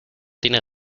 tiene